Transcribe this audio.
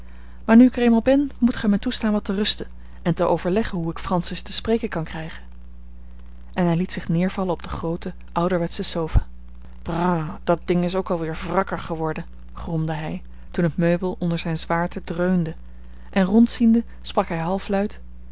maar nu ik er eenmaal ben moet gij mij toestaan wat te rusten en te overleggen hoe ik francis te spreken kan krijgen en hij liet zich neervallen op de groote ouderwetsche sofa br dat ding is ook al weer wrakker geworden gromde hij toen het meubel onder zijn zwaarte dreunde en rondziende sprak hij